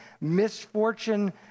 misfortune